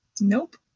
Nope